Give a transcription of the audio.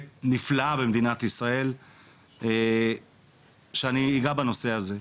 נפלאה במדינת ישראל שאני אגע בנושא הזה.